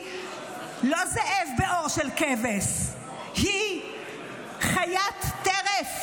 שהיום כולם יודעים שהיא עמותה שמתקצבת טרור,